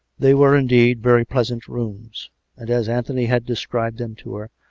they were indeed very pleasant rooms and, as anthony had described them to her,